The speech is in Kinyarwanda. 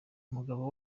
umugabo